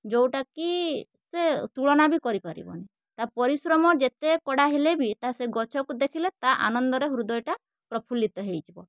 ଯେଉଁଟା କି ସେ ତୁଳନା ବି କରିପାରିବନି ତା ପରିଶ୍ରମ ଯେତେ କଡ଼ା ହେଲେ ବି ତା ସେ ଗଛକୁ ଦେଖିଲେ ତା ଆନନ୍ଦରେ ହୃଦୟଟା ପ୍ରଫୁଲ୍ଲିତ ହେଇଯିବ